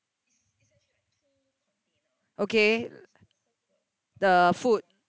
okay the food